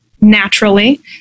naturally